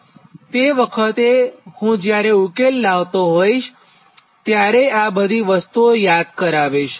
તો તે વખતે હું જ્યારે ઉકેલ લાવતો હોઇશ ત્યારે આ બધી વસ્તુઓ યાદ કરાવીશ